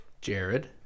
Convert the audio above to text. Jared